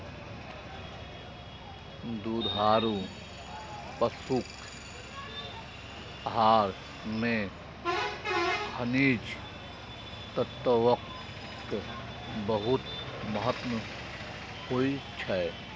दुधारू पशुक आहार मे खनिज तत्वक बहुत महत्व होइ छै